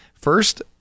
First